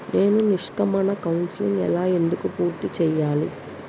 నేను నిష్క్రమణ కౌన్సెలింగ్ ఎలా ఎందుకు పూర్తి చేయాలి?